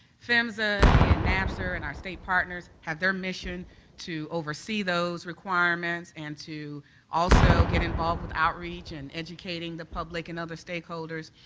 phmsa and napsr and our state partners have their mission to oversee those requirements and to also get involved with outreach and educating the public and other stakeholders.